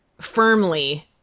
firmly